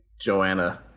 Joanna